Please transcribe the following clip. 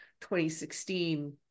2016